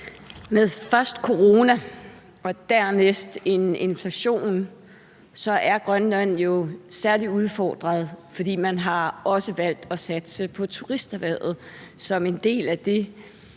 med corona og dernæst med inflation er Grønland jo særlig udfordret, fordi man også har valgt at satse på turismeerhvervet som en del af det,